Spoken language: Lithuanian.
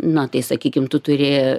na tai sakykim tu turi